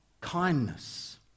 kindness